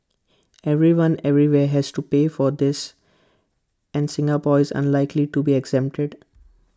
everyone everywhere has to pay for this and Singapore is unlikely to be exempted